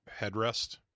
headrest